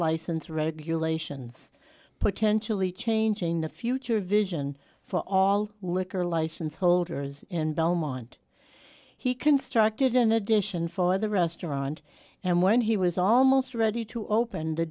license regulations potentially changing the future vision for all liquor license holders in belmont he constructed an addition for the restaurant and when he was almost ready to open the